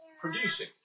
producing